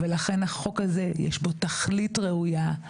ולכן לחוק הזה יש תכלית ראויה,